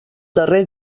darrer